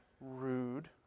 rude